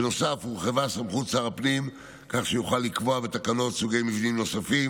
בנוסף הורחבה סמכות שר הפנים כך שיוכל לקבוע בתקנות סוגי מבנים נוספים